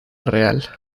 real